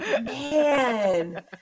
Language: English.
Man